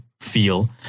feel